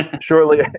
shortly